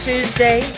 Tuesday